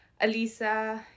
alisa